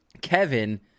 Kevin